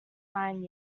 nine